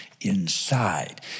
inside